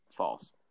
False